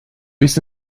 bis